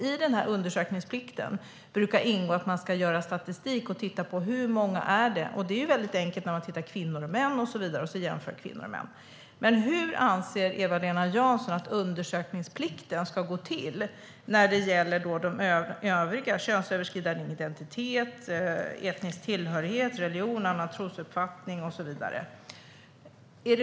I undersökningsplikten brukar det ingå att man ska göra statistik och titta på hur många det är. Det är väldigt enkelt när man tittar på kvinnor och män och så vidare och jämför kvinnor och män. Men hur anser Eva-Lena Jansson att undersökningsplikten i övriga fall ska gå till när det gäller könsöverskridande identitet, etnisk tillhörighet, religion och annan trosuppfattning och så vidare?